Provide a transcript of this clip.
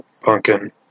pumpkin